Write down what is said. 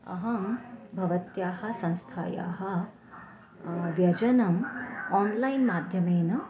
अहं भवत्याः संस्थायाः व्यजनम् आन्लैन् माध्यमेन